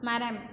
மரம்